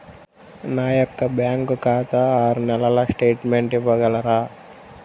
నా యొక్క బ్యాంకు ఖాతా ఆరు నెలల స్టేట్మెంట్ ఇవ్వగలరా?